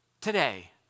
today